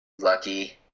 lucky